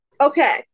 Okay